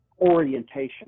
orientation